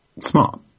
smart